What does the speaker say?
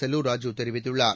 செல்லூர் ராஜூ தெரிவித்துள்ளார்